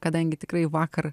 kadangi tikrai vakar